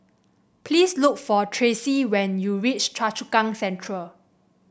please look for Tracie when you reach Choa Chu Kang Central